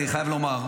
אני חייב לומר,